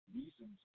reasons